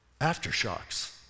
aftershocks